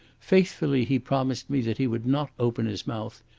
faithfully he promised me that he would not open his mouth,